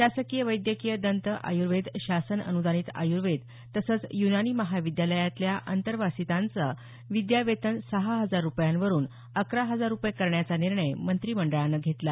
शासकीय वैद्यकीय दंत आयुर्वेद शासन अनुदानित आयुर्वेद तसंच युनानी महाविद्यालयातल्या आंतरवासितांचं विद्यावेतन सहा हजार रुपयांवरून अकरा हजार रुपये करण्याचा निर्णय मंत्रिमंडळानं घेतला